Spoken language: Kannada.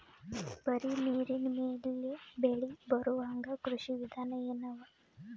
ಬರೀ ನೀರಿನ ಮೇಲೆ ಬೆಳಿ ಬರೊಹಂಗ ಕೃಷಿ ವಿಧಾನ ಎನವ?